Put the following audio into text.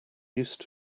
used